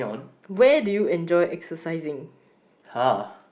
where did you enjoy exercising